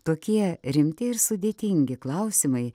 tokie rimti ir sudėtingi klausimai